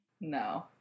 no